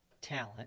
talent